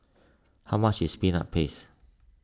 how much is Peanut Paste